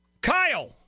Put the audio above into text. Kyle